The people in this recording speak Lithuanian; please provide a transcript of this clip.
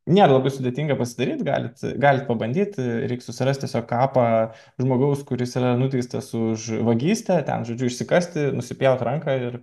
nėra labai sudėtinga pasidaryt galit galit pabandyti reik susirasti tiesiog kapą žmogaus kuris yra nuteistas už vagystę ten žodžiu išsikasti nusipjauti ranką ir